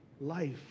life